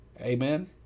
Amen